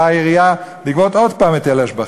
באה העירייה לגבות עוד פעם היטל השבחה.